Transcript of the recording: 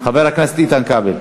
חבר הכנסת איתן כבל,